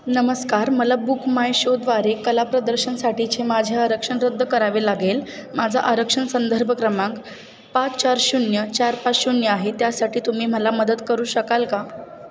नमस्कार मला book my show द्वारे कला प्रदर्शनसाठीचे माझे आरक्षण रद्द करावे लागेल माझा आरक्षण संदर्भ क्रमांक पाच चार शून्य चार पाच शून्य आहे त्यासाठी तुम्ही मला मदत करू शकाल का